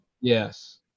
Yes